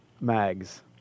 Mags